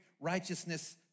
righteousness